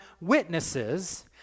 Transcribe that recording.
witnesses